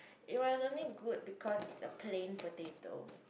it was only good because it's a plain potato